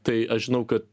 tai aš žinau kad